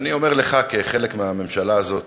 אני אומר לך, כחלק מהממשלה הזאת,